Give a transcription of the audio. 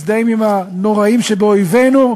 מזדהים עם הנוראים שבאויבינו?